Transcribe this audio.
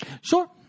Sure